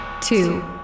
Two